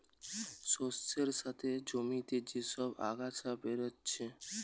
শস্যের সাথে জমিতে যে সব আগাছা বেরাচ্ছে